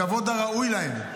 בכבוד הראוי להם,